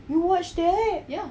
you watched that